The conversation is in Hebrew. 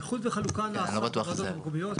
האיחוד והחלוקה נעשה בוועדות המקומיות.